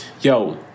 yo